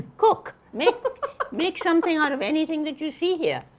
cook! make make something out of anything that you see here.